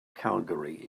calgary